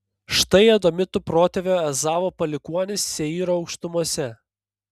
štai edomitų protėvio ezavo palikuonys seyro aukštumose